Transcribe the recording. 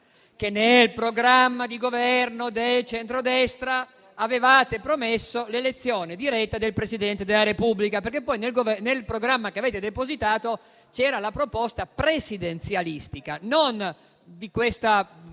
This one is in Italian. cosa: nel programma di Governo del centrodestra avevate promesso l'elezione diretta del Presidente della Repubblica. Nel programma che avete depositato c'era la proposta presidenzialistica, non la proposta